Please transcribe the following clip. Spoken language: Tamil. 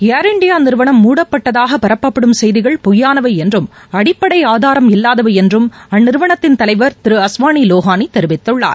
ஏர் இந்தியா நிறுவனம் மூடப்பட்டதாக பரப்பபடும் செய்திகள் பொய்யானவை என்றும் அடிப்படை ஆதாரம் இல்லாதவை என்றும் அந்நிறுவனத்தின் தலைவர் திரு அஸ்வானி லொஹானி தெரிவித்துள்ளார்